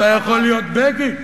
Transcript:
אתה יכול להיות בגין,